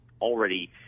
already –